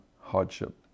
hardship